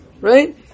right